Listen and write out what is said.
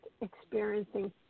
experiencing